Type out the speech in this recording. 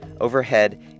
Overhead